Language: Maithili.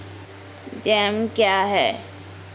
जैम क्या हैं?